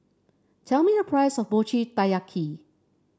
tell me the price of Mochi Taiyaki